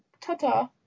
ta-ta